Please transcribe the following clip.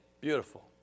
Beautiful